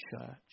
church